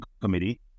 committee